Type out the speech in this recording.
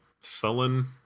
sullen